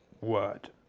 word